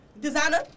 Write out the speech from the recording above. Designer